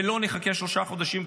ולא נחכה שלושה חודשים,